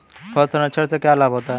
फल संरक्षण से क्या लाभ है?